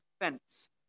defense